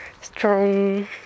strong